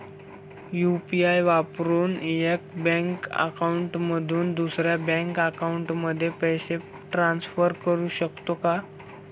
UPI वापरून एका bank account मधून दुसऱ्या बँक अकाउंटमध्ये पैसे ट्रान्सफर करू शकतो का?